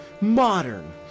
modern